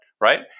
Right